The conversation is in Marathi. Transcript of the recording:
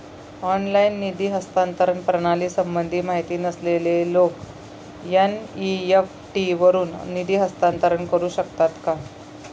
ऑनलाइन निधी हस्तांतरण प्रणालीसंबंधी माहिती नसलेले लोक एन.इ.एफ.टी वरून निधी हस्तांतरण करू शकतात का?